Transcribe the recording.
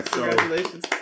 Congratulations